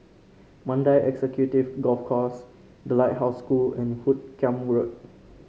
Mandai Executive Golf Course The Lighthouse School and Hoot Kiam Road